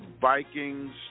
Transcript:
Vikings